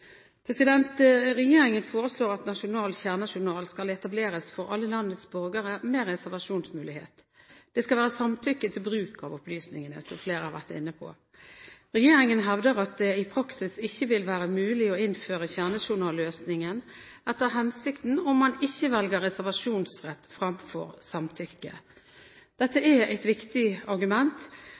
Regjeringen foreslår at nasjonal kjernejournal skal etableres for alle landets borgere, med reservasjonsmulighet. Det skal være samtykke til bruk av opplysningene, som flere har vært inne på. Regjeringen hevder at det i praksis ikke vil være mulig å innføre kjernejournalløsningen etter hensikten, om man ikke velger reservasjonsrett fremfor samtykke. Dette er et viktig argument,